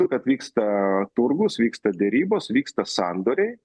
kad vyksta turgus vyksta derybos vyksta sandoriai